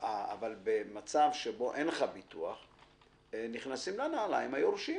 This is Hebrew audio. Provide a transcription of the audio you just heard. אבל במצב שבו אין לך ביטוח נכנסים לנעליים היורשים,